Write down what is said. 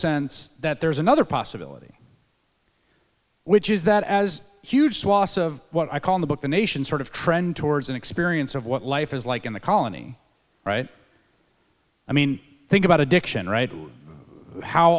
sense that there's another possibility which is that as huge swaths of what i call the book the nation sort of trend towards an experience of what life is like in the colony right i mean think about addiction right how